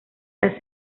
las